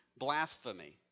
blasphemy